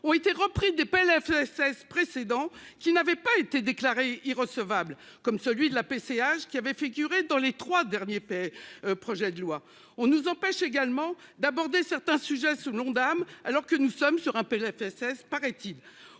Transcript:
ont été repris du PLFSS précédent qui n'avait pas été déclarée irrecevable comme celui de la PCH qui avait figuré dans les 3 derniers paient. Projet de loi, on nous empêche également d'aborder certains sujets sous l'Ondam alors que nous sommes sur un PLFSS, paraît-il,